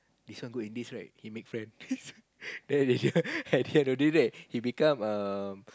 this one good in this right he make friend then later he have to do that he become err